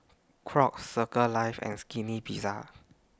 Crocs Circles Life and Skinny Pizza